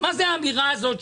מה זה האמירה הזאת?